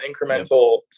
incremental